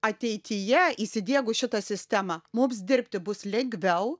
ateityje įsidiegus šitą sistemą mums dirbti bus lengviau